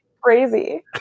crazy